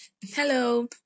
Hello